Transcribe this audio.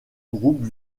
groupe